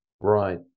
right